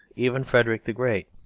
even frederick the great.